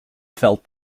felt